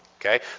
okay